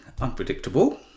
Unpredictable